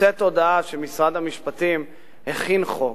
יוצאת הודעה שמשרד המשפטים הכין חוק.